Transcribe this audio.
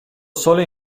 sole